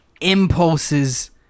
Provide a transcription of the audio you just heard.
impulses